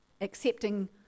Accepting